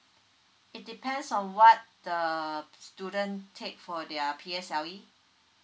it depends on what the student take for their P_S_L_E